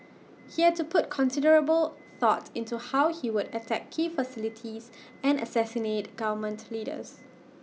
he had put considerable thought into how he would attack key facilities and assassinate government leaders